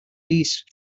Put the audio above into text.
least